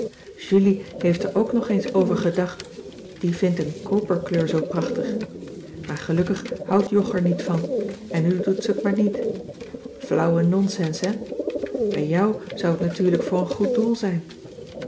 julie heeft er ook nog eens over gedacht die vindt een koperkleur zoo prachtig maar gelukkig houdt jog er niet van en nu doet ze t maar niet flauwe nonsens hè bij jou zou t natuurlijk voor een goed doel zijn